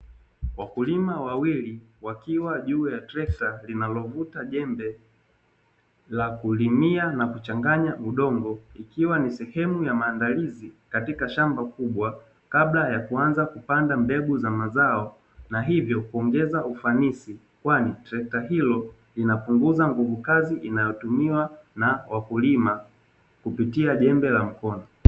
Wakulima wawili wakiwa juu ya trekta linalovuta jembe la kulimia na kuchanganya udongo, ikiwa ni sehemu ya maandalizi katika shamba kubwa kabla ya kuanza kupanda mbegu za mazao na hivyo kuongeza ufanisi kwani trekta hilo linapunguza nguvu kazi inayotumiwa na wakulima kupitia jembe la mkono.